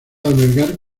albergar